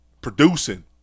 producing